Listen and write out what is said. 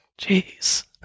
Jeez